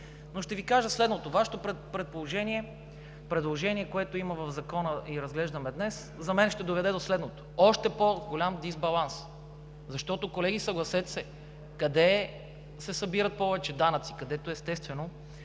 Ще Ви кажа следното: Вашето предложение, което има в Закона и разглеждаме днес, за мен ще доведе до още по-голям дисбаланс. Защото, колеги, съгласете се, къде се събират повече данъци? Където, естествено,